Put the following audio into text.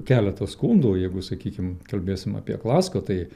keletas skundų jeigu sakykim kalbėsim apie klasco tai